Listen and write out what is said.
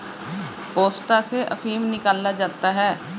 पोस्ता से अफीम निकाला जाता है